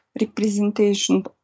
representation